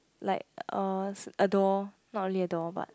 like a door not really a door but